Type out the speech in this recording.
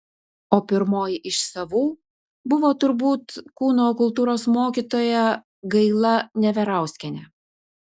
o pirmoji iš savų buvo turbūt kūno kultūros mokytoja gaila neverauskienė